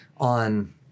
on